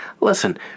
Listen